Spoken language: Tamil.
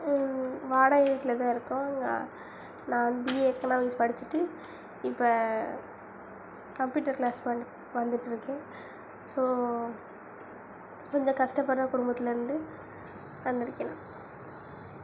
வாடகை வீட்டில்தான் இருக்கோம் நான் பிஏ எக்னாமிக்ஸ் படிச்சுட்டு இப்போ கம்ப்யூட்டர் க்ளாஸ் வந் வந்திட்டிருக்கேன் ஸோ கொஞ்சம் கஷ்டப்படுற குடும்பத்திலேருந்து வந்திருக்கேன் நான்